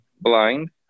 blind